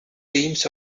themes